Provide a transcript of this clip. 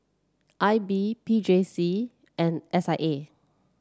I B P J C and S I A